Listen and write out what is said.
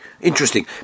Interesting